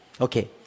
Okay